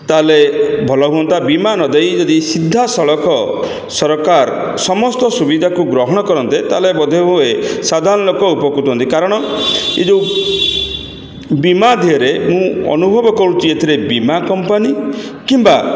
ତା'ହେଲେ ଭଲ ହୁଅନ୍ତା ବୀମା ନ ଦେଇ ଯଦି ସିଧାସଳଖ ସରକାର ସମସ୍ତ ସୁବିଧାକୁ ଗ୍ରହଣ କରନ୍ତେ ତା'ହେଲେ ବୋଧହୁଏ ସାଧାରଣ ଲୋକ ଉପକୃତ କାରଣ ଏ ଯେଉଁ ବୀମା ଦେହରେ ମୁଁ ଅନୁଭବ କରୁଛି ଏଥିରେ ବୀମା କମ୍ପାନୀ କିମ୍ବା